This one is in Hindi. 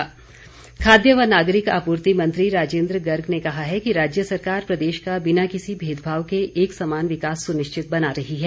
राजिन्द्र गर्ग खाद्य व नागरिक आपूर्ति मंत्री राजिन्द्र गर्ग ने कहा है कि राज्य सरकार प्रदेश का बिना किसी भेदभाव के एक समान विकास सुनिश्चित बना रही है